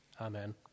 Amen